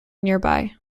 nearby